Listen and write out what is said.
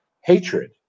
hatred